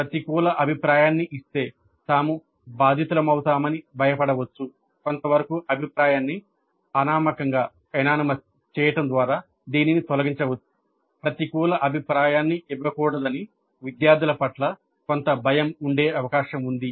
ప్రతికూల అభిప్రాయాన్ని ఇవ్వకూడదని విద్యార్థుల పట్ల కొంత భయం ఉండే అవకాశం ఉంది